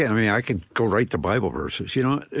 yeah can go right to bible verses, you know.